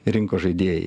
rinkos žaidėjai